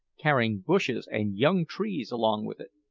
carrying bushes and young trees along with it.